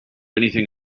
anything